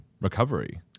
recovery